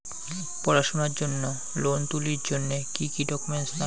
পড়াশুনার জন্যে লোন তুলির জন্যে কি কি ডকুমেন্টস নাগে?